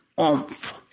oomph